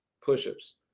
push-ups